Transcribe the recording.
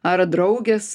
ar draugės